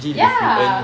ya